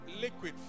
liquid